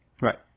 Right